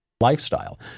lifestyle